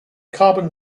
carbon